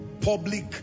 public